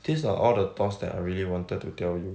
these are all the thoughts that I really wanted to tell you